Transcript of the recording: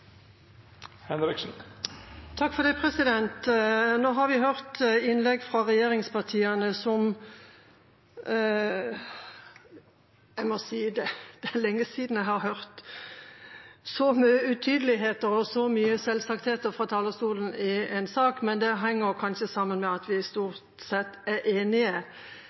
Nå har vi hørt innlegg fra regjeringspartiene, og jeg må si det er lenge siden jeg har hørt så mye utydelighet og så mange selvsagtheter fra talerstolen i en sak. Det henger kanskje sammen med at vi stort sett er enige.